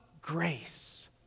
grace